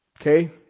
okay